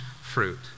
fruit